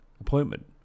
appointment